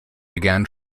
began